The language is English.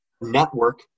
network